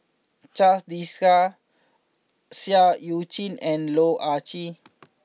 Charles Dyce Seah Eu Chin and Loh Ah Chee